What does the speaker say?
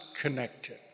connected